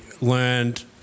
learned